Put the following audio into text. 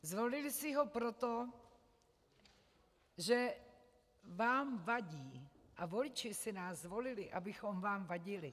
Zvolili si ho proto, že vám vadí, a voliči si nás zvolili, abychom vám vadili.